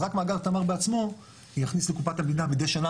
מאגר תמר בעצמו יכניס למדינה מדי שנה,